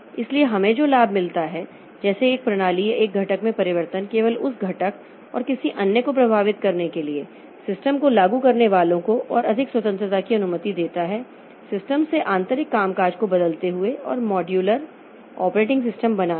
इसलिए हमें जो लाभ मिलता है जैसे एक प्रणाली या एक घटक में परिवर्तन केवल उस घटक और किसी अन्य को प्रभावित करने के लिए सिस्टम को लागू करने वालों को और अधिक स्वतंत्रता की अनुमति देता है सिस्टम से आंतरिक कामकाज को बदलते हुए और मॉड्यूलर ऑपरेटिंग सिस्टम बनाने में